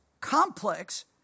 complex